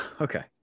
Okay